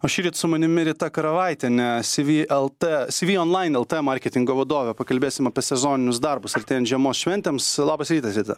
o šįryt su manimi rita karavaitienė sivi lt sivionlain lt marketingo vadovė pakalbėsim apie sezoninius darbus artėjant žiemos šventėms labas rytas rita